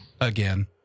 Again